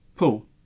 Paul